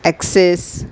axis